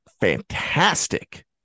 fantastic